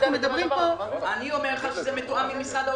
אנחנו מדברים פה --- אני אומר לך שזה מתואם עם משרד האוצר.